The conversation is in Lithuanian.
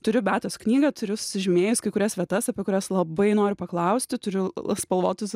turiu beatos knygą turiu sužymėjus kai kurias vietas apie kurias labai noriu paklausti turiu spalvotus